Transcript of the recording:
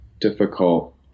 difficult